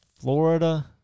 Florida